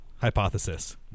hypothesis